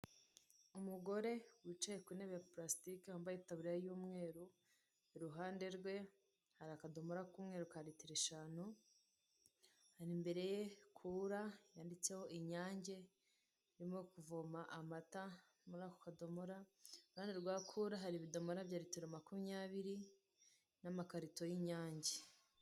Umugore wicaye ku ntebe ya purasitike wambaye itaburiya y'umweru. Iruhande rwe hari akadomora k'umweru ka ritiro eshanu. Hanyuma imbere hari kura yanditseho inyange, irimo kuvoma amata muri ako kadomora. Iruhande rwa kura hari ibidomora bya ritiro makumyabiri n'amakarito y'inyange.